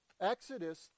Exodus